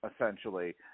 essentially